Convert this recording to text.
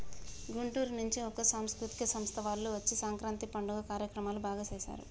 గుంటూరు నుంచి ఒక సాంస్కృతిక సంస్థ వాళ్ళు వచ్చి సంక్రాంతి పండుగ కార్యక్రమాలు బాగా సేశారు